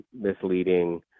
misleading